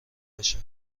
بشه